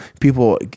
people